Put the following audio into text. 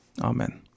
Amen